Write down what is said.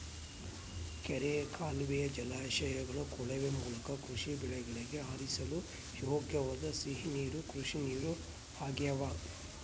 ಕೆರೆ ಕಾಲುವೆಯ ಜಲಾಶಯಗಳ ಕೊಳವೆ ಮೂಲಕ ಕೃಷಿ ಬೆಳೆಗಳಿಗೆ ಹರಿಸಲು ಯೋಗ್ಯವಾದ ಸಿಹಿ ನೀರು ಕೃಷಿನೀರು ಆಗ್ಯಾವ